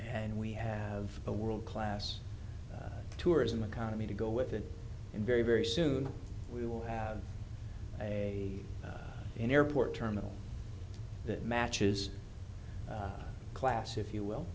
and we have a world class tourism economy to go with it and very very soon we will have a an airport terminal that matches class if you will